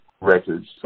Records